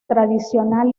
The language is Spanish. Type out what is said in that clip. tradicional